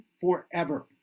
forever